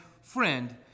Friend